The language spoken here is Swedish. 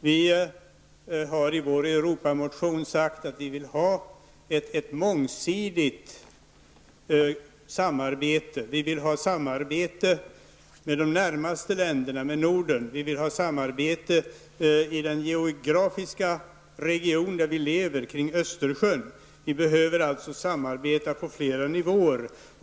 Vi har i vår Europamotion sagt att vi vill ha ett mångsidigt samarbete: vi vill ha samarbete med länderna i Norden, och vi vill ha samarbete i den geografiska region där vi lever, nämligen kring Östersjön. Vi behöver alltså samarbete, på flera nivåer.